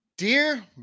Dear